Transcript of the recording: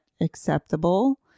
acceptable